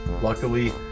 Luckily